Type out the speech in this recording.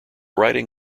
writing